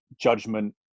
judgment